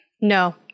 No